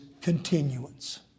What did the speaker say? continuance